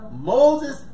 Moses